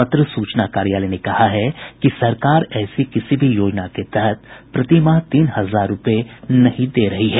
पत्र सूचना कार्यालय ने कहा है कि सरकार ऐसी किसी भी योजना के तहत प्रतिमाह तीन हजार रुपये नहीं दे रही है